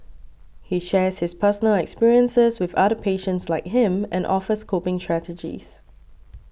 he shares his personal experiences with other patients like him and offers coping strategies